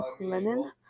linen